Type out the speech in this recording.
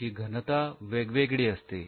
त्यांची घनता वेगवेगळी असते